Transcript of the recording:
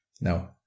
No